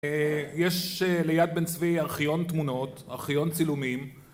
יש ליד בן צבי ארכיון תמונות, ארכיון צילומים